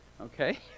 Okay